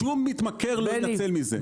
שום מתמכר לא יינצל מזה.